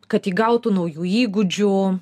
kad įgautų naujų įgūdžių